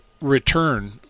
return